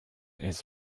his